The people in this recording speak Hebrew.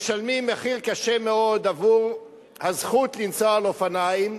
משלמים מחיר כבד מאוד עבור הזכות לנסוע על אופניים,